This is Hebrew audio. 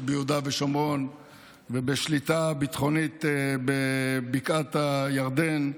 ביהודה ושומרון ובשליטה ביטחונית בבקעת הירדן.